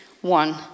one